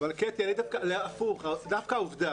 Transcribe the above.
קטי, דווקא העובדה